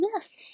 yes